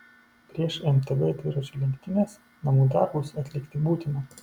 prieš mtb dviračių lenktynes namų darbus atlikti būtina